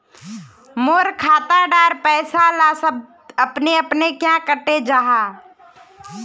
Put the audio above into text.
मोर खाता डार पैसा ला अपने अपने क्याँ कते जहा?